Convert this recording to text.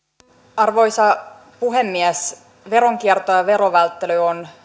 arvoisa puhemies veronkierto ja verovälttely on